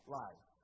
life